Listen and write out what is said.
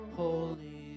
holy